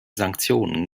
sanktionen